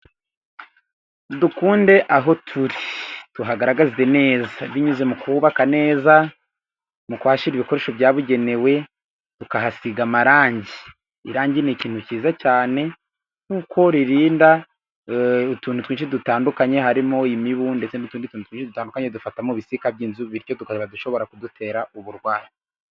Dukunde aho turi tuhagaragaze neza, binyuze mu kuhubaka neza mu kuhashyira ibikoresho byabugenewe, tukahasiga amarangi. Irangi ni ikintu cyiza cyane kuko ririnda utuntu twinshi dutandukanye, harimo imibu ndetse n'utundi tuntu dutandukanye dufata mu bisika by'inzu, bityo tukaba dushobora kudutera uburwayi.